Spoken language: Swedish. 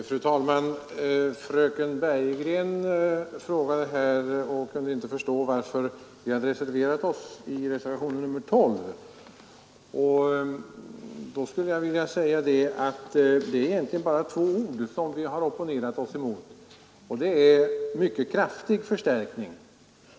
Fru talman! Fröken Bergegren kunde inte förstå varför vi som avgivit reservationen 12 hade reserverat oss. Då vill jag svara att det egentligen Fredagen den I juni 1973 inte att den har varit mycket kraftig. bara är två ord vi har reserverat oss emot, nämligen förstärkning.